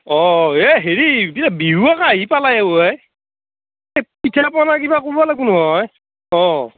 অঁ এই হেৰি বিহু আকৌ আহি পালে ওৱেই এই পিঠা পনা কিবা কৰিব লাগিব নহয় অঁ